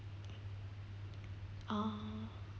ah